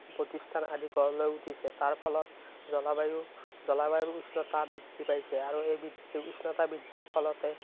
প্ৰতিষ্ঠান আদি গঢ় লৈ উঠিছে তাৰ ফলত জলবায়ু জলবায়ুৰ উষ্ণতা বৃদ্ধি পাইছে আৰু এই বৃদ্ধি উষ্ণতা বৃদ্ধিৰ ফলতে